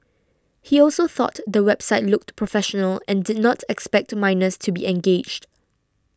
he also thought the website looked professional and did not expect minors to be engaged